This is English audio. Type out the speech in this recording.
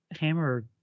hammer